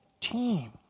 team